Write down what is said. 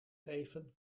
geven